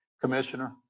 Commissioner